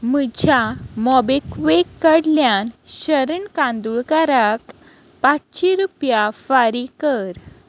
म्हज्या मोबिक्विक कडल्यान शरण कांदोळकाराक पांचशी रुपया फारीक कर